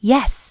Yes